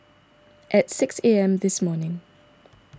at six A M this morning